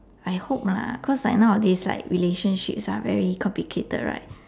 I hope lah cause like nowadays like relationships are very complicated right